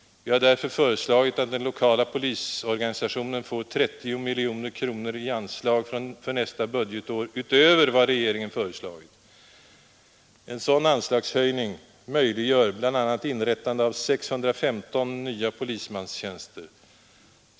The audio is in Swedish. Vi har därför föreslagit att den lokala polisorganisationen får 30 miljoner kronor i anslag för nästa budgetår utöver vad regeringen föreslagit. En sådan anslagshöjning möjliggör bl.a. inrättande av 615 nya polismanstjänster.